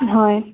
হয়